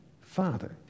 Father